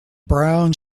brown